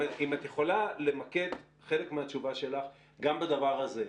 אם את יכולה למקד חלק מהתשובה שלך גם בדבר הזה.